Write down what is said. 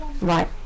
right